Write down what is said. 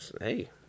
Hey